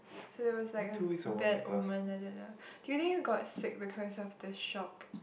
so it was like a bad omen like that lah do you think you got sick because of the shock